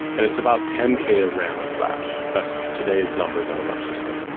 and it's about ten k of ram and flash. that's today's numbers out of our system.